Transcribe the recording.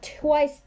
twice